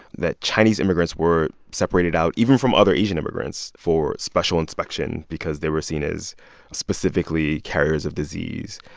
that chinese immigrants were separated out, even from other asian immigrants, for special inspection because they were seen as specifically carriers of disease.